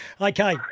Okay